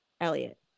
Elliot